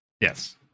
Yes